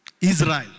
Israel